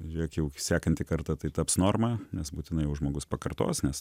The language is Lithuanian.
žiūrėk jau sekantį kartą tai taps norma nes būtinai jau žmogus pakartos nes